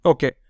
Okay